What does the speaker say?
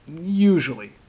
Usually